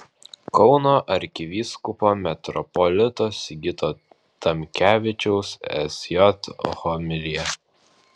kauno arkivyskupo metropolito sigito tamkevičiaus sj homilija